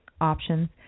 options